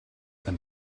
than